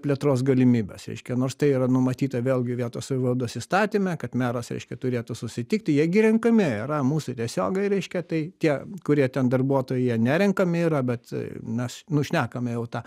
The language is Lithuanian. plėtros galimybės reiškia nors tai yra numatyta vėlgi vietos savivaldos įstatyme kad meras reiškia turėtų susitikti jie gi renkami yra mūsų tiesiogiai reiškia tai tie kurie ten darbuotojai jie nerenkami yra bet na nu šnekame jau ta